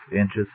inches